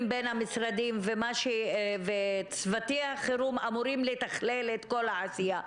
בין המשרדים וצוותי החירום שאמורים לתכלל את כל העשייה.